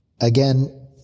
again